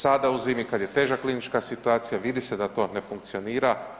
Sada u zimi kada je teža klinička situacija vidi se da to ne funkcionira.